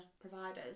providers